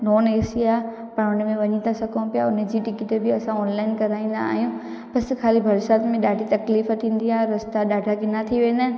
non AC आहे पाण में वञी था सघूं पिया उन जी टिकट बि असां ऑनलाइन कराईंदा आहियूं बसि ख़ाली बरसाति में ॾाढी तकलीफ़ु थींदी आहे रस्ता ॾाढा किना थी वेंदा आहिनि